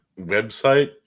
website